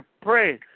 pray